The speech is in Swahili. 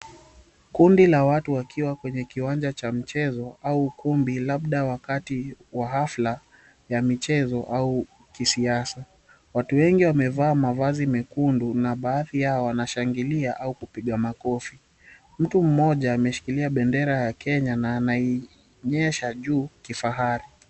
Kundi la watu wakiwa kwenye uwanja wa mchezo au ukumbi labda wakati wa hafla ya michezo au kisiasa watu wengi wamevaa mavazi mekundu na baadhi yao wanashangilia au kupiga makofi mtu mmoja ameshikilia bendera ya Kenya na anaionyesha juu kifahari.